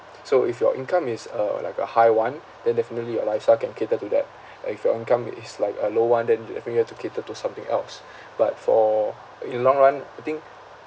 so if your income is uh like a high one then definitely your lifestyle can cater to that like if your income is like a low one then definitely you have to cater to something else but for in long run I think